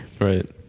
Right